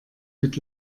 mit